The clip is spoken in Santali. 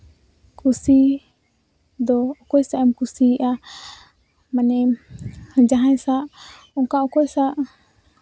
ᱠᱩᱥᱤ ᱫᱚ ᱚᱠᱚᱭ ᱥᱟᱜ ᱮᱢ ᱠᱩᱥᱤᱭᱟᱜᱼᱟ ᱢᱟᱱᱮ ᱡᱟᱦᱟᱸᱭ ᱥᱟᱜ ᱚᱱᱠᱟ ᱚᱠᱚᱭ ᱥᱟᱜ